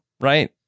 Right